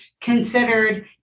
considered